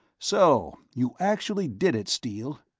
so you actually did it, steele!